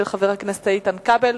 של חבר הכנסת איתן כבל.